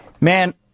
man